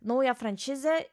naują frančizę